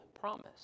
promise